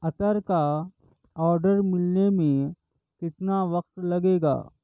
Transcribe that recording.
عطر کا آرڈر ملنے میں کتنا وقت لگے گا